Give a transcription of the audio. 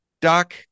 doc